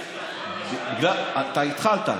אתה התחלת.